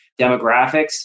demographics